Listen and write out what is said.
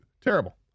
Terrible